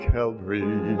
Calvary